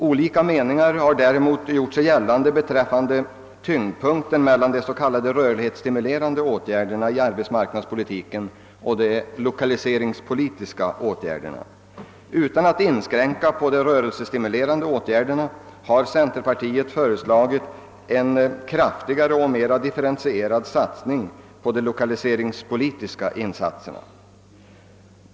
Olika meningar har däremot gjort sig gällande om huruvida tyngdpunkten bör ligga på de s.k. rörlighetsstimulerande åtgärderna i arbetsmarknadspolitiken eller på de lokaliseringspolitiska åtgärderna. Utan att vilja inskränka de rörlighetsstimulerande åtgärderna har centern föreslagit en kraftigare och mer differentierad satsning på de l1okaliseringspolitiska insatserna.